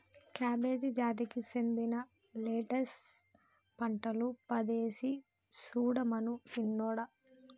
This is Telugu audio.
కాబేజి జాతికి సెందిన లెట్టస్ పంటలు పదేసి సుడమను సిన్నోడా